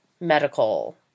medical